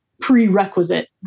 prerequisite